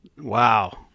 Wow